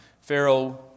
Pharaoh